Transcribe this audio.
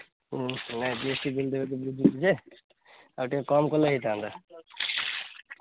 ନାଇଁ G S T bill ଦେବେ ବୁଝିଲି ଯେ ଆଉ ଟିକେ କମ କଲେ ହେଇଥାନ୍ତା